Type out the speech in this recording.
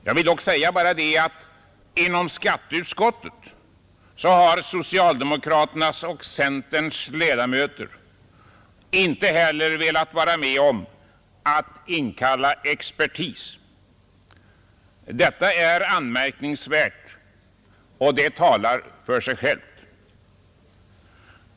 Jag vill dock säga att inom skatteutskottet har socialdemokraternas och centerns ledamöter inte heller velat vara med om att inkalla expertis. Detta är anmärkningsvärt och det talar för sig självt.